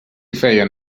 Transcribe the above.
feien